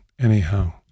anyhow